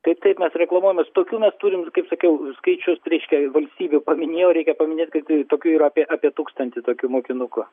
taip taip mes reklamuojamės tokių mes turim kaip sakiau skaičius reiškia valstybė paminėjo reikia paminėtm kad tokių yra apie apie tūkstantį tokių mokinukų